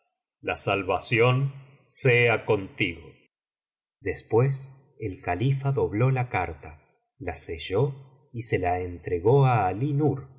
la salvación sea contigo biblioteca valenciana generalitat valenciana las mil noches y una noche después el califa dobló la carta la selló y se la entregó á ali nuf sin